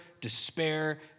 despair